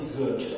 good